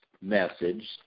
message